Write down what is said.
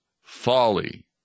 folly